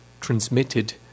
transmitted